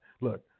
Look